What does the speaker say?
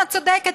את צודקת,